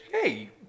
hey